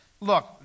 look